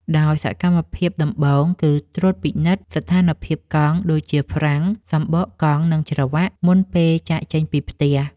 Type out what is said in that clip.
ដោយសកម្មភាពដំបូង គឺការត្រួតពិនិត្យស្ថានភាពកង់ ដូចជាហ្វ្រាំង សំបកកង់ និងច្រវ៉ាក់ មុនពេលចាកចេញពីផ្ទះ។